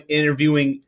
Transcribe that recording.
interviewing